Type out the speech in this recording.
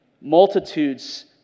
multitudes